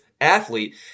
athlete